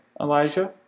Elijah